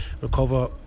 recover